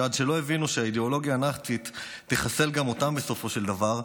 שעד שלא הבינו שהאידיאולוגיה הנאצית תחסל גם אותם בסופו של דבר,